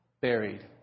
buried